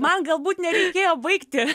man galbūt nereikėjo baigti